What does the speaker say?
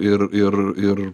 ir ir ir